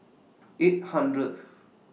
eight hundredth